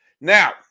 Now